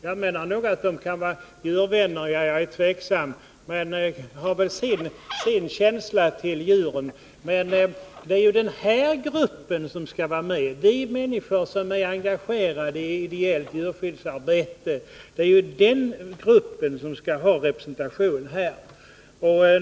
De kan nog vara djurvänner — ja, jag är tveksam till det — men de har väl sin känsla för djuren. Men det är ju de människor som är engagerade i ideellt djurskyddsarbete som skall ha representation i nämnderna.